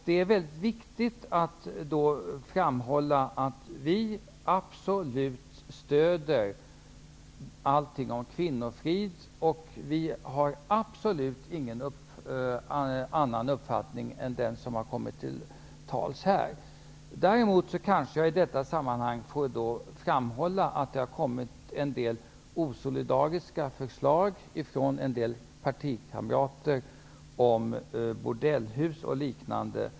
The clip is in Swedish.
Det är då viktigt att framhålla att vi verkligen stöder allt som kan bidra till kvinnofrid. Vi har absolut ingen annan uppfattning än den som här har kommit till uttryck om det. I detta sammanhang kanske jag får framhålla att det från en del partikamrater har kommit en del osolidariska förslag om bordellhus och liknande.